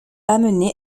amené